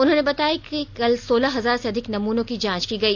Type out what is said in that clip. उन्होंने बताया कि कल सोलह हजार से अधिक नमूनों की जांच की गई